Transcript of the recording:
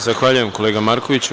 Zahvaljujem, kolega Markoviću.